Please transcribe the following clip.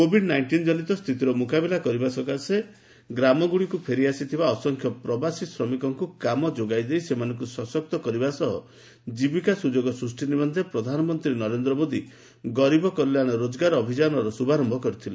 Covid ନାଇଷ୍ଟିନ୍ଜନିତ ସ୍ଥିତିର ମୁକାବିଲା କରିବା ସକାଶେ ଗ୍ରାମଗୁଡ଼ିକୁ ଫେରିଥିବା ଅସଂଖ୍ୟ ପ୍ରବାସୀ ଶ୍ରମିକଙ୍କୁ କାମ ଯୋଗାଇଦେଇ ସେମାନଙ୍କୁ ସଶକ୍ତ କରିବା ସହ ଜୀବିକା ସୁଯୋଗ ସୃଷ୍ଟି ନିମନ୍ତେ ପ୍ରଧାନମନ୍ତ୍ରୀ ନରେନ୍ଦ୍ର ମୋଦି ଗରିବ କଲ୍ୟାଣ ରୋଜଗାର ଅଭିଯାନର ଶୁଭାରମ୍ଭ କରିଥିଲେ